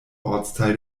ortsteil